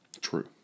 True